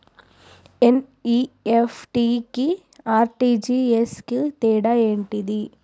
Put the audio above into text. NEFT కి RTGS కు తేడా ఏంటిది?